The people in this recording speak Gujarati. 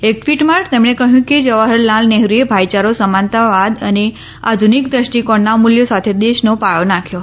એક ટ્વીટમાં તેમણે કહ્યું કે જવાહરલાલ નહેરુએ ભાઈયારો સમાનતાવાદ અને આધુનિક દ્રષ્ટિકોણના મૂલ્યો સાથે દેશનો પાયો નાંખ્યો હતો